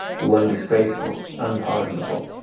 the one disgraceful, unpardonable,